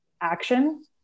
action